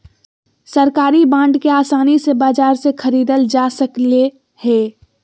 सरकारी बांड के आसानी से बाजार से ख़रीदल जा सकले हें